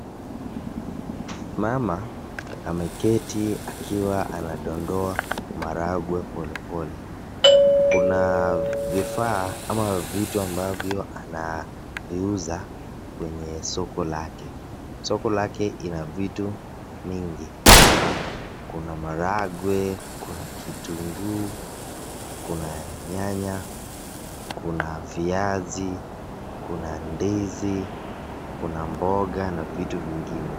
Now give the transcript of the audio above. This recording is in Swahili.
Mama ameketi akiwa anadondoa malagwe polepole. Kuna vifaa ama vitu ambavyo anaviuza kwenye soko lake. Soko lake ina vitu mingi. Kama kuna malagwe, kuna kitunguu, kuna nyanya, kuna viazi, kuna ndizi, kuna mboga na vitu vingine.